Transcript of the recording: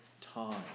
time